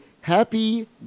happy